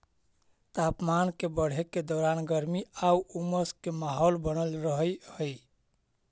तापमान के बढ़े के दौरान गर्मी आउ उमस के माहौल बनल रहऽ हइ